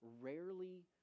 rarely